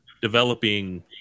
developing